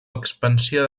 expansió